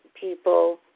people